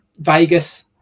Vegas